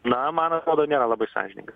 na man atrodo nėra labai sąžininga